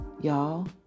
y'all